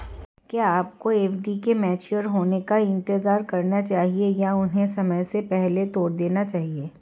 क्या आपको एफ.डी के मैच्योर होने का इंतज़ार करना चाहिए या उन्हें समय से पहले तोड़ देना चाहिए?